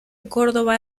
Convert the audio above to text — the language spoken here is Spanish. córdoba